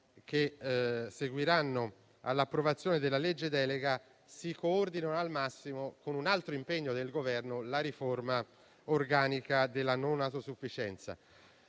che seguiranno all'approvazione della legge delega si coordinino al massimo con un altro impegno del Governo, che è la riforma organica della non autosufficienza,